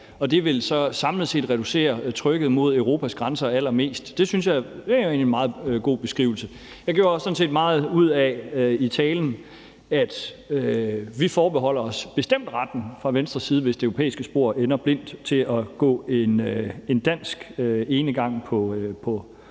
og det ville så samlet set reducere trykket mod Europas grænser allermest. Det synes jeg egentlig er en meget god beskrivelse. Jeg gjorde i talen sådan set meget ud af, at vi fra Venstres side bestemt forbeholder os retten, hvis det europæiske spor ender blindt, til at gå dansk enegang på